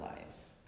lives